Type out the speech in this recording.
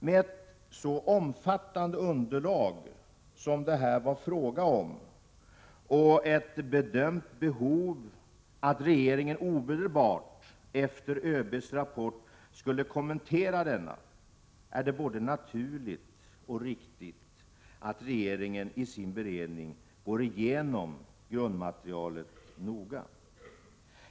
Med ett så omfattande underlag som det här var fråga om och mot bakgrund av ett bedömt behov att regeringen omedelbart efter överbefälhavarens rapport skulle kommentera denna, är det både naturligt och riktigt att regeringen vid sin beredning noga går igenom grundmaterialet.